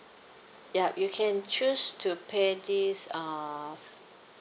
yup you can choose to pay this uh